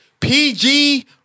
PG